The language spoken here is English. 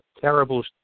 terrible